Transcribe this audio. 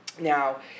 Now